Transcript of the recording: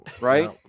Right